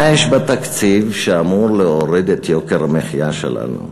מה יש בתקציב שאמור להוריד את יוקר המחיה שלנו?